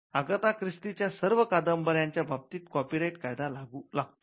Agatha ख्रिस्तीच्या सर्व कादंबऱ्यांच्या बाबतीत कॉपीराईट कायदा लागतो